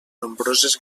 nombroses